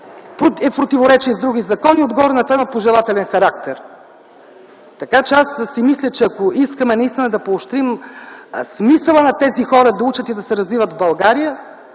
в противоречие с други закони, отгоре на това има пожелателен характер?! Така че аз си мисля, че ако искаме наистина да поощрим смисъла на тези хора да учат и да се развиват в България,